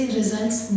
results